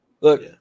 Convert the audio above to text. Look